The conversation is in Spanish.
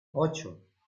ocho